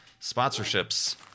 sponsorships